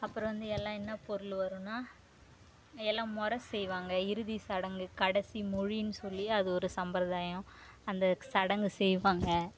அப்புறம் வந்து எல்லாம் என்ன பொருள் வரும்னா எல்லாம் முற செய்வாங்க இறுதிசடங்கு கடைசி மொழின்னு சொல்லி அது ஒரு சம்பரதாயம் அந்த சடங்கை செய்வாங்க